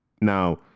Now